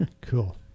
cool